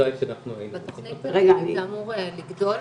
בתכנית זה אמור לגדול